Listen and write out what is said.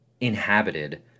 inhabited